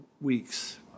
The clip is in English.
Weeks